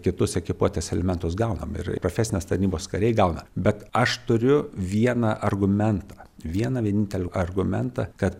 kitus ekipuotės elementus gaunam ir profesinės tarnybos kariai gauna bet aš turiu vieną argumentą vieną vienintelį argumentą kad